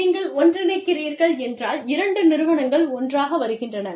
நீங்கள் ஒன்றிணைக்கிறீர்கள் என்றால் இரண்டு நிறுவனங்கள் ஒன்றாக வருகின்றன